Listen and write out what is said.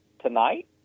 tonight